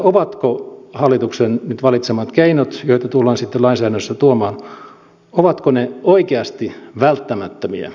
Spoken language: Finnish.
ovatko hallituksen nyt valitsemat keinot joita tullaan sitten lainsäädännössä tuomaan oikeasti välttämättömiä